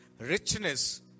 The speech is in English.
richness